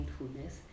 mindfulness